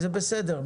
זה בסדר,